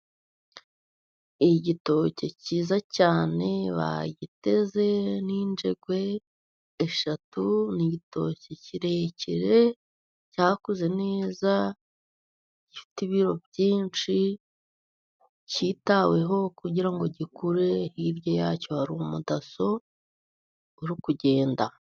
Igitoki cyiza cyane bagiteze n'injengwe eshatu, ni igitoki kirekire cyakuze neza, gifite ibiro byinshi, cyitaweho kugirango gikure, hirya yacyo hari umudaso uri kugenda.